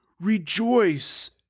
rejoice